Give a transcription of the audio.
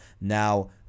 now